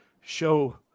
show